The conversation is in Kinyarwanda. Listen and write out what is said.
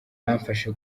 bamfashe